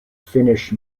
finnish